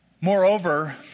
Moreover